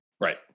Right